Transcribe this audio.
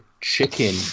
Chicken